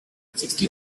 sixty